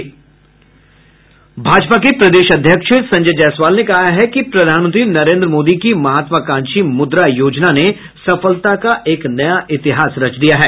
भाजपा के प्रदेश अध्यक्ष संजय जायसवाल ने कहा है कि प्रधानमंत्री नरेन्द्र मोदी की महात्वाकांक्षी मुद्रा योजना ने सफलता का एक नया इतिहास रच दिया है